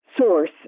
source